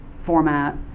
format